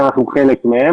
שאנחנו חלק מהן,